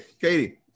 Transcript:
Katie